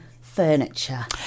furniture